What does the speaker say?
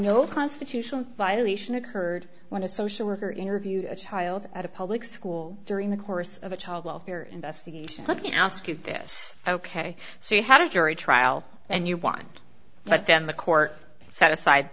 no constitutional violation occurred when a social worker interviewed a child at a public school during the course of a child welfare investigation let me ask you this ok so you had a jury trial and you want but then the court set aside